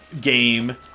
game